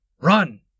Run